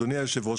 אדוני יושב הראש,